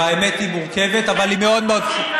האמת היא מורכבת, אבל היא מאוד ברורה.